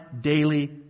daily